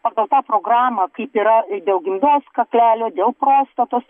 pagal tą programą kaip yra dėl gimdos kaklelio dėl prostatos